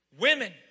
Women